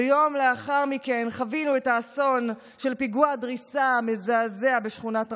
ויום לאחר מכן חווינו את האסון של פיגוע הדריסה המזעזע בשכונת רמות.